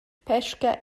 pesca